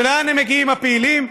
ולאן הם מגיעים, הפעילים?